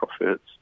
profits